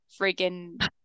freaking